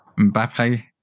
Mbappe